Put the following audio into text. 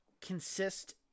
consist